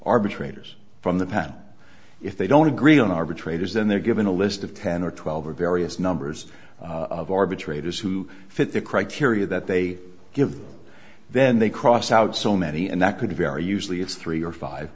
arbitrators from the pan if they don't agree on arbitrators then they're given a list of ten or twelve or various numbers of arbitrators who fit the criteria that they give then they cross out so many and that could be our usually it's three or five